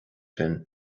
sin